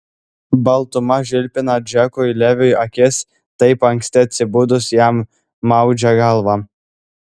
baltuma žilpina džekui leviui akis taip anksti atsibudus jam maudžia galvą